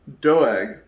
Doeg